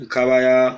Kabaya